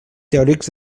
teòrics